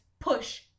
push